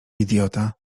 idiota